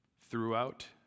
Throughout